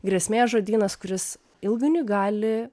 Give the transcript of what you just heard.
grėsmės žodynas kuris ilgainiui gali